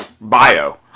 bio